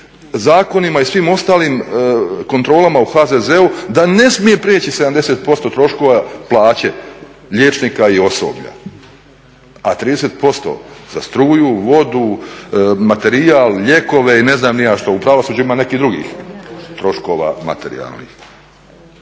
zakonima i svem ostalim kontrolama u HZZO da ne smije priječi 70% troškova plaće liječnika i osoblja, a 30% za struju, vodu, materijal, lijekove i ne znam ni ja što. U pravosuđu ima nekih drugih troškova materijalnih.